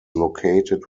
located